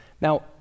Now